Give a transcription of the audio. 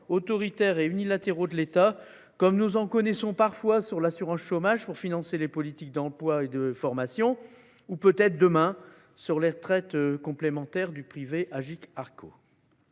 autoritaires et unilatéraux de l’État, comme nous en connaissons parfois sur l’assurance chômage pour financer les politiques de l’emploi et de la formation ou comme nous en connaîtrons peut être demain sur les retraites complémentaires du privé Agirc Arrco.